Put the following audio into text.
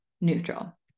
neutral